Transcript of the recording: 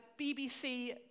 BBC